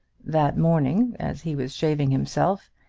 that morning, as he was shaving himself,